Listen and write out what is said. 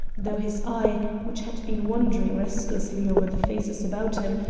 though his eye, which had been wandering restlessly over the faces about him,